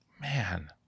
Man